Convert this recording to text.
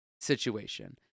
situation